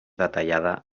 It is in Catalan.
detallada